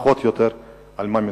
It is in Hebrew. פחות או יותר על מה מדובר.